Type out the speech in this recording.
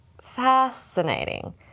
fascinating